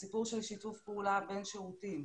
הסיפור של שיתוף פעולה בין שירותים,